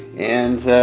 and